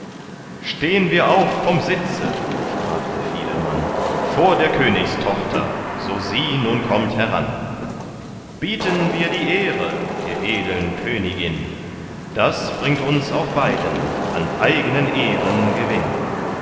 stehn wir auf vom sitze sprach der fiedelmann vor der königstochter so sie nun kommt heran bieten wir die ehre der edeln königin das bringt uns auch beiden an eignen ehren gewinn